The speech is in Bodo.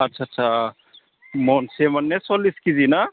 आस्सा आस्सा महनसे माने सल्लिस खेजि ना